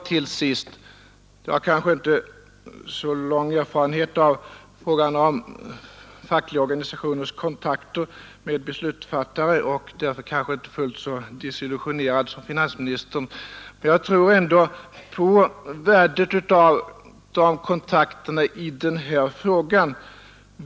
Jag har inte så lång erfarenhet beträffande frågan om fackliga organisationers kontakt med beslutsfattare och är därför kanske inte fullt så desillusionerad som finansministern, men jag tror ändå på värdet av de kontakterna i denna fråga.